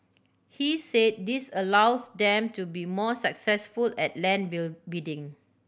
he said this allows them to be more successful at land bill bidding